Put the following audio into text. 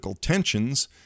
tensions